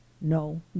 no